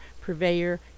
purveyor